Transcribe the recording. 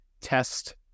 test